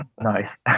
Nice